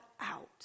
out